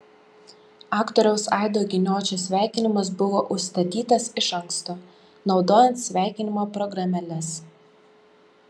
aktoriaus aido giniočio sveikinimas buvo užstatytas iš anksto naudojant sveikinimo programėles